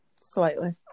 Slightly